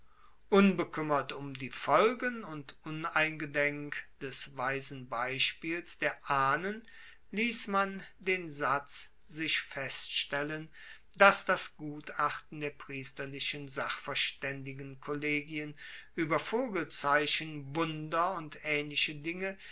unbekuemmert um die folgen und uneingedenk des weisen beispiels der ahnen liess man den satz sich feststellen dass das gutachten der priesterlichen sachverstaendigenkollegien ueber voegelzeichen wunder und aehnliche dinge